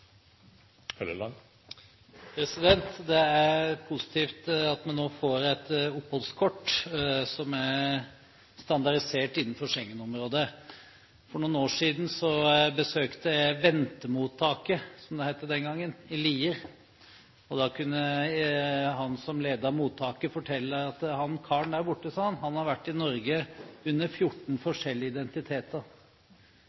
positivt at vi nå får et oppholdskort som er standardisert innenfor Schengen-området. For noen år siden besøkte jeg ventemottaket – som det het den gangen – i Lier. Da kunne han som ledet mottaket, fortelle at den karen som satt der borte, hadde vært i Norge under 14